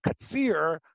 katsir